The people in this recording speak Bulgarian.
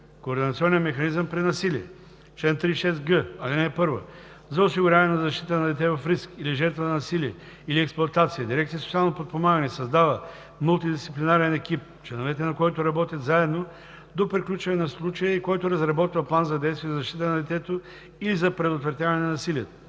Координационен механизъм при насилие Чл. 36г. (1) За осигуряване на защита на дете в риск или жертва на насилие или експлоатация дирекция „Социално подпомагане“ създава мултидисциплинарен екип, членовете на който работят заедно до приключване на случая и който разработва план за действие за защита на детето или за предотвратяване на насилието.